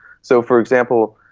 so, for example,